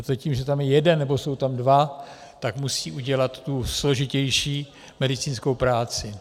Protože tím, že tam je jeden nebo jsou tam dva, tak musí udělat tu složitější medicínskou práci.